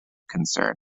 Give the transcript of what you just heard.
concern